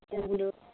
రెండు